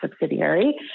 subsidiary